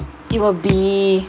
it will be